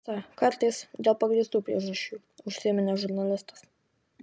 tiesa kartais dėl pagrįstų priežasčių užsiminė žurnalistas